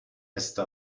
äste